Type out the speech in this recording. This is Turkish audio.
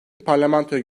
parlamentoya